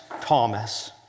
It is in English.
Thomas